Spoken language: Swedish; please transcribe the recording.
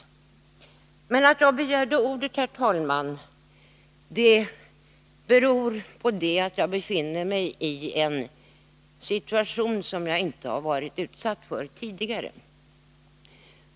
Anledningen till att jag har begärt ordet, herr talman, är att jag befinner migi en situation som jag inte har varit med om tidigare.